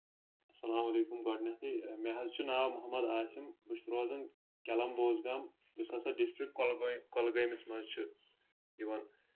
اَسلام علیکُم گۄڈنؠتھٕے مےٚ حظ چھُ ناو محمد عاسِم بہٕ چھُس روزان کیلم بوزگام یُس ہسا ڈسٹرک کۄلگٲم کۄلگٲمِس منٛز چھُ یِوان